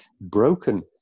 broken